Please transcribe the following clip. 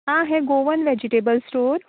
आ हे Goan vegetable stores